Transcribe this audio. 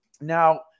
Now